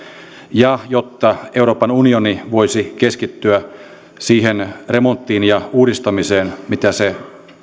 ja jotta euroopan unioni voisi keskittyä siihen remonttiin ja uudistamiseen mitä se